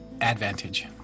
advantage